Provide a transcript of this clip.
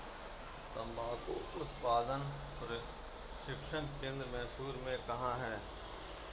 तंबाकू उत्पादन प्रशिक्षण केंद्र मैसूर में कहाँ है?